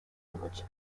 village